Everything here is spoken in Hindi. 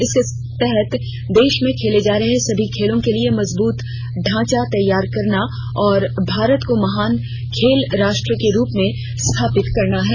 इसके तहत देश में खेले जा रहे सभी खेलों के लिए मजबूत ढांचा तैयार करना और भारत को महान खेल राष्ट्र के रूप में स्थापित करना है